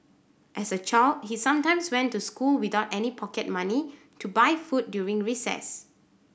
as a child he sometimes went to school without any pocket money to buy food during recess